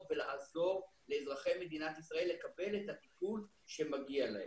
ולעזור לאזרחי מדינת ישראל לקבל את הטיפול שמגיע להם.